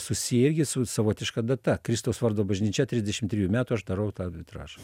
susiję irgi su savotiška data kristaus vardo bažnyčia trisdešim trijų metų aš darau tą vitražą